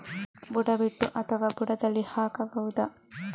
ಬುಡ ಬಿಟ್ಟು ಅಥವಾ ಬುಡದಲ್ಲಿ ಹಾಕಬಹುದಾ?